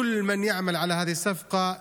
לכל הקטרים והמצרים ולכל מי שעובד למען העסקה הזאת,